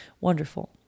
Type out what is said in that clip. Wonderful